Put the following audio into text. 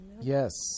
Yes